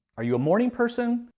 are you a morning person?